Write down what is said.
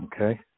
Okay